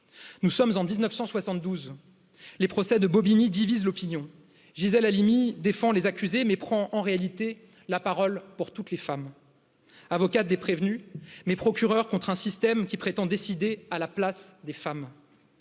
cent soixante douze les procès de bobigny divisent l'opinion gisèle halimi défend les accusés mais prend en réalité la parole pour toutes les femmes avocate des prévenus mais procureurs contre un système qui prétend décider à la place des femmes